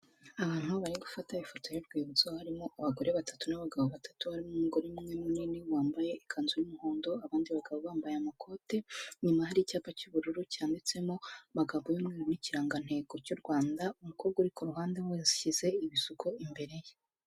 Abantu bari gufata ifoto y'urwibutso, harimo abagore batatu n'abagabo batatu, barimo umugore umwe munini, wambaye ikanzu y'umuhondo, abandi bagabo bambaye amakote, inyuma hari icyapa cy'ubururu, cyanditsemo amagambo y'umweru n'ikirangantego cy'u Rwanda, umukobwa uri ku ruhande we yashyize ibisuko imbere ye.